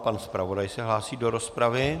Pan zpravodaj se hlásí do rozpravy.